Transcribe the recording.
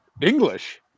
English